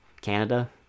Canada